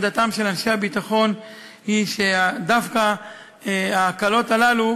עמדתם של אנשי הביטחון היא שדווקא ההקלות הללו